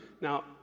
Now